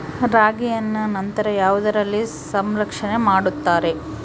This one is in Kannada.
ರಾಗಿಯನ್ನು ನಂತರ ಯಾವುದರಲ್ಲಿ ಸಂರಕ್ಷಣೆ ಮಾಡುತ್ತಾರೆ?